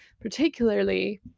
particularly